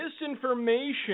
misinformation